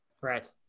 right